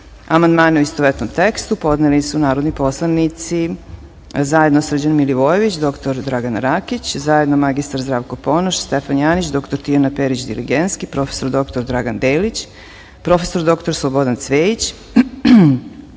amandmane, u istovetnom tekstu, podneli su narodni poslanici zajedno Srđan Milivojević i dr Dragana Rakić, zajedno mr Zdravko Ponoš, Stefan Janjić, dr Tijana Perić Diligenski, prof. dr Dragan Delić, prof. dr Slobodan Cvejić,